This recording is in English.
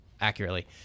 accurately